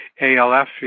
ALF